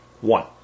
One